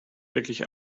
wirklich